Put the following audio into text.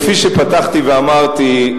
כפי שפתחתי ואמרתי,